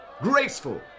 graceful